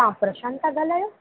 हा प्रशांत था ॻाल्हायो